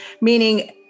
meaning